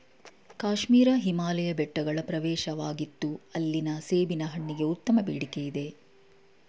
ಕಾಶ್ಮೀರ ಹಿಮಾಲಯ ಬೆಟ್ಟಗಳ ಪ್ರವೇಶವಾಗಿತ್ತು ಅಲ್ಲಿನ ಸೇಬಿನ ಹಣ್ಣಿಗೆ ಉತ್ತಮ ಬೇಡಿಕೆಯಿದೆ